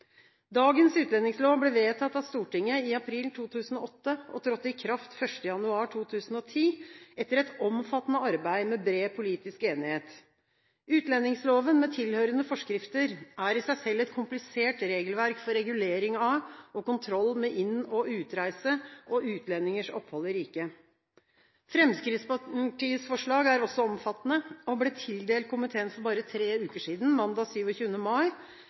Dagens utlendingslov ble vedtatt av Stortinget i april 2008 og trådte i kraft 1. januar 2010, etter et omfattende arbeid med bred politisk enighet. Utlendingsloven med tilhørende forskrifter er i seg selv et komplisert regelverk for regulering av og kontroll med inn- og utreise og utlendingers opphold i riket. Fremskrittspartiets forslag er omfattende, og ble tildelt komiteen for bare 3 uker siden, mandag 27. mai.